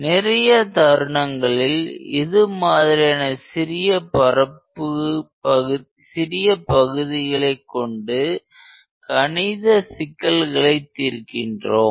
நிறைய தருணங்களில் இது மாதிரியான சிறிய பகுதிகளை கொண்டு கணித சிக்கல்களை தீர்க்கின்றோம்